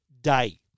day